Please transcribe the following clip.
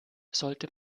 sollte